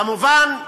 כמובן,